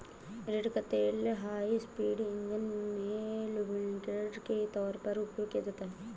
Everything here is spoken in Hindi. रेड़ का तेल हाई स्पीड इंजन में लुब्रिकेंट के तौर पर उपयोग किया जाता है